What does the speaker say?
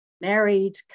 married